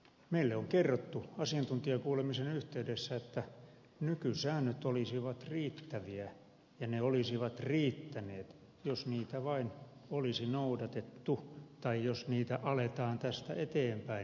meille on kerrottu asiantuntijakuulemisen yhteydessä että nykysäännöt olisivat riittäviä ja ne olisivat riittäneet jos niitä vain olisi noudatettu tai jos niitä aletaan tästä eteenpäin noudattaa